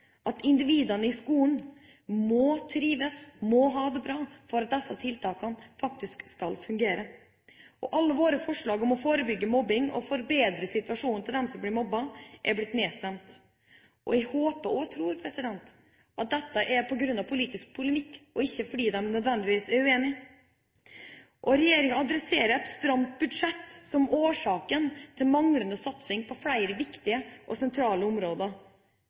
at individene i skolen må trives, må ha det bra, for at disse tiltakene faktisk skal fungere. Alle våre forslag om å forebygge mobbing og forbedre situasjonen for dem som blir mobbet, er blitt nedstemt. Jeg håper og tror at det er på grunn av politisk polemikk, ikke fordi man nødvendigvis er uenig. Regjeringa adresserer et stramt budsjett som årsak til manglende satsing på flere viktige og sentrale områder.